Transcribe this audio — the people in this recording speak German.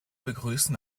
begrüßen